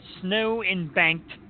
snow-embanked